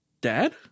Dad